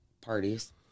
parties